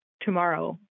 tomorrow